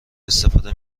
استفاده